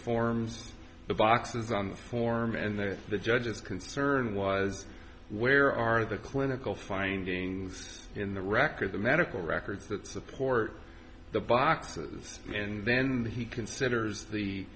forms the boxes on the form and that the judges concern was where are the clinical findings in the record the medical records that support the boxes and then he considers the